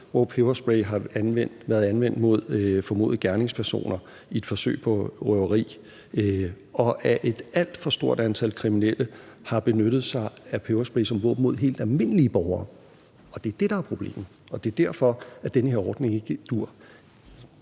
hvor peberspray har været anvendt mod formodede gerningspersoner, som forsøgte at begå røveri, og at et alt for stort antal kriminelle har benyttet sig af peberspray som våben mod helt almindelige borgere. Og det er det, der er problemet. Og det er derfor, den her ordning ikke dur.